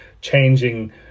changing